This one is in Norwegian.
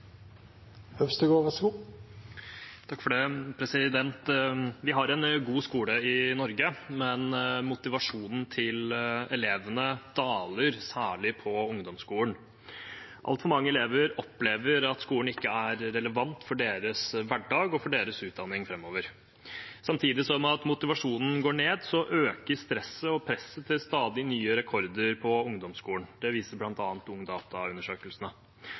Vi har en god skole i Norge, men motivasjonen til elevene daler, særlig på ungdomsskolen. Altfor mange elever opplever at skolen ikke er relevant for deres hverdag og for deres utdanning framover. Samtidig som motivasjonen går ned, øker stresset og presset på ungdomsskolen til stadig nye rekorder. Det viser bl.a. Ungdata-undersøkelsene. Elevene stresser med stadig nye tester og prøver og om de kommer inn på